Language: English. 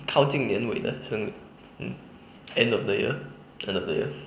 靠近年尾的生日 mm end of the year end of the year